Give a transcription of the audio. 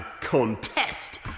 contest